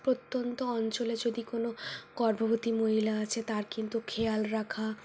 প্রত্যন্ত অঞ্চলে যদি কোনো গর্ভবতী মহিলা আছে তার কিন্তু খেয়াল রাখা